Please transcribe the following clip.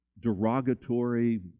derogatory